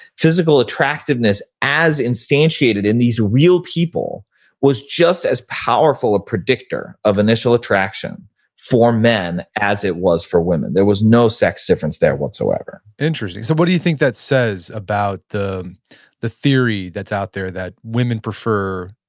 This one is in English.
physical attractiveness as instantiated in these real people was just as powerful a predictor of initial attraction for men as it was for women. there was no sex difference there whatsoever interesting. so what do you think that says about the the theory that's out there that women prefer,